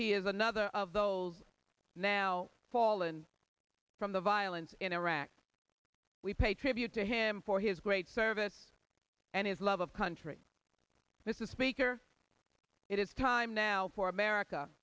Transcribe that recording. he is another of those now fallen from the violence in iraq we pay tribute to him for his great service and his love of country this is speaker it is time now for america